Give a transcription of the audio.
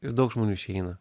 ir daug žmonių išeina